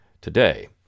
today